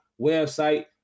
website